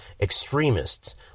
extremists